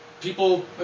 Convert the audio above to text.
people